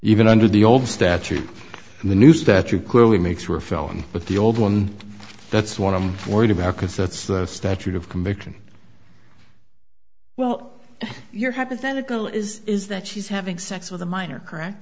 even under the old statute the noose that you clearly makes for a felon but the older one that's what i'm worried about because that's the statute of conviction well your hypothetical is is that she's having sex with a minor correct